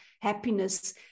happiness